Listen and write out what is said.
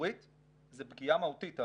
ציבורית זו פגיעה מהותית.